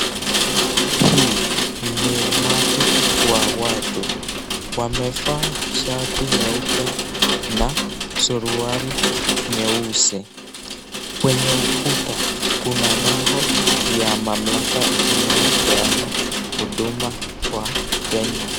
Hii ni umati wa watu wamevaa shati nyeupe na suruali nyeusi kwenye ukuta kuna nembo ya mamlaka inayopeana huduma kwa Kenya.